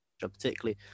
particularly